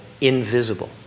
invisible